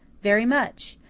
very much.